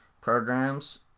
programs